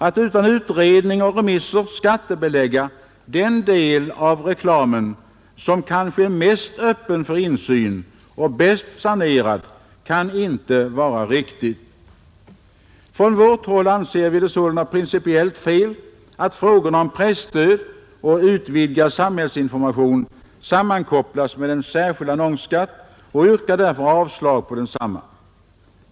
Att utan utredning och remisser skattebelägga den del av reklamen som kanske är mest öppen för insyn och bäst sanerad kan inte vara riktigt. Från vårt håll anser vi det sålunda principiellt felaktigt att frågorna om presstöd och utvidgad samhällsinformation sammankopplas med en särskild annonsskatt och yrkar därför avslag på densamma.